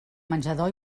menjador